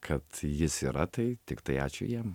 kad jis yra tai tiktai ačiū jiem